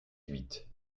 huit